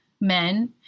men